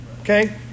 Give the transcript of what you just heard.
okay